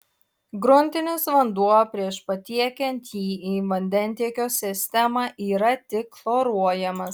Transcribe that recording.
gruntinis vanduo prieš patiekiant jį į vandentiekio sistemą yra tik chloruojamas